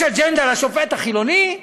יש אג'נדה לשופט החילוני,